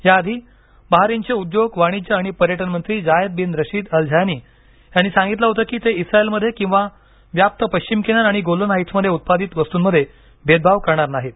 याआधी बहारीनचे उद्योगवाणिज्य आणि पर्यटन मंत्री Zayed bin Rashid al Zayani यांनी सांगितलं होतं की ते इस्रायलमध्ये किंवा व्याप्त पश्चिम किनार आणि गोलन हाइट्समध्ये उत्पादित वस्तूंमध्ये भेदभाव करणार नाहीत